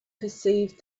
perceived